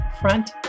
Front